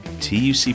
TUC